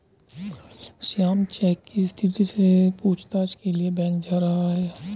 Shyam cheque की स्थिति के पूछताछ के लिए बैंक जा रहा है